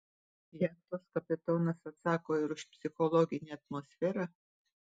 jachtos kapitonas atsako ir už psichologinę atmosferą